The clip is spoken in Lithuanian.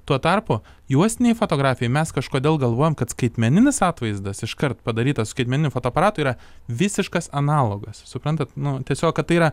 tuo tarpu juostinei fotografijai mes kažkodėl galvojam kad skaitmeninis atvaizdas iškart padarytas skaitmeniniu fotoaparatu yra visiškas analogas suprantat nu tiesiog kad tai yra